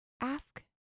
Ask